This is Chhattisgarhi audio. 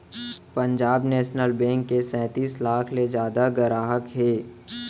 पंजाब नेसनल बेंक के सैतीस लाख ले जादा गराहक हे